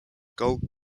gold